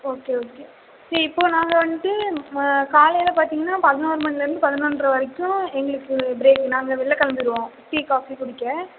okay okay இப்போ நாங்கள் வந்துட்டு காலையில பார்த்திங்கன்னா பதினோரு மணிலருந்து பதினொன்ற வரைக்கும் எங்களுக்கு பிரேக் நாங்கள் வெளில கிளம்பிடுவோம் டீ காஃபி குடிக்க